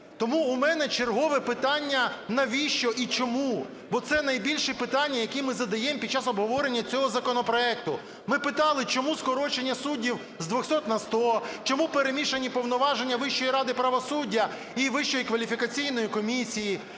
Тому у мене чергове питання: навіщо і чому? Бо це найбільші питання, які ми задаємо під час обговорення цього законопроекту. Ми питали, чому скорочення суддів з 200 на 100, чому перемішані повноваження Вищої ради правосуддя і Вищої кваліфікаційної комісії: